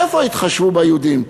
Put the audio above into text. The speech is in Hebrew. איפה יתחשבו ביהודים?